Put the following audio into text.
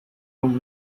room